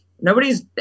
nobody's